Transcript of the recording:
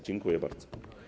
Dziękuję bardzo.